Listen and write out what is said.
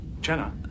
Jenna